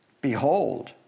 Behold